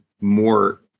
more